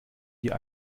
dir